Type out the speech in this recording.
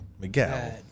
Miguel